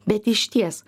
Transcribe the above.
bet išties